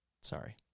Sorry